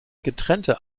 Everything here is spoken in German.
getrennte